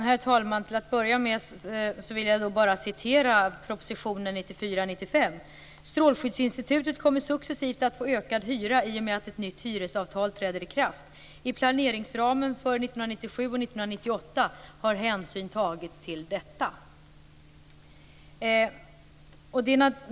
Herr talman! Till att börja med vill jag bara citera ur proposition 1994/95:100: "Strålskyddsinstitutet kommer successivt att få ökad hyra i och med att ett nytt hyresavtal träder ikraft. I planeringsramen för 1997 och 1998 har hänsyn tagits till detta."